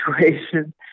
situation